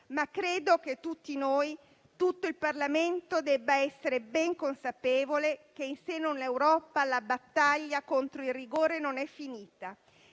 però che tutti noi, tutto il Parlamento debba essere ben consapevole che in seno all'Europa la battaglia contro il rigore non è finita